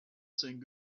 saying